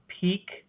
peak